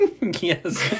Yes